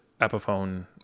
Epiphone